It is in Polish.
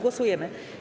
Głosujemy.